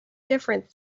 different